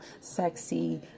sexy